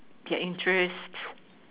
their interest